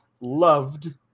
loved